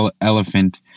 elephant